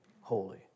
holy